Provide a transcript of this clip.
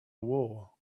wall